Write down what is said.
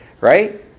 right